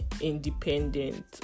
independent